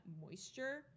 moisture